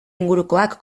ingurukoak